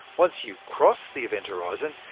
once you cross the event horizon,